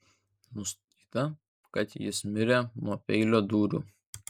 nustatyta kad jis mirė nuo peilio dūrių